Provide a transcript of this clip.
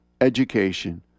education